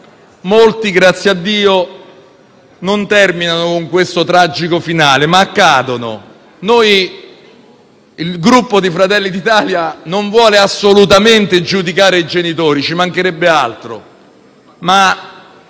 molti - grazie a Dio - non terminano con questo tragico finale; ma comunque accadono. Il Gruppo Fratelli d'Italia non vuole assolutamente giudicare i genitori, ci mancherebbe altro.